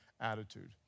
attitude